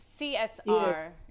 CSR